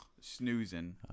snoozing